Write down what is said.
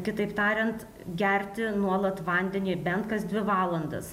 kitaip tariant gerti nuolat vandenį bent kas dvi valandas